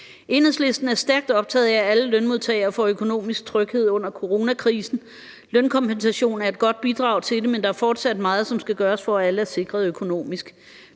Enhedslisten er stærkt optaget af, at alle lønmodtagere får økonomisk tryghed under coronakrisen. Lønkompensation er et godt bidrag til det, men der er fortsat meget, som skal gøres, for at alle er sikret økonomisk.